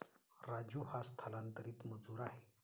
राजू हा स्थलांतरित मजूर आहे